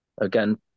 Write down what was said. again